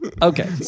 Okay